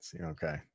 Okay